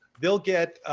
they'll get